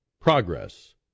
progress